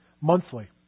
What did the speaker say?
monthly